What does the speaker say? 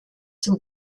zum